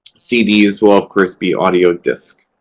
cds will, of course, be audio disc.